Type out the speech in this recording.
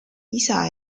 isa